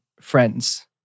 friends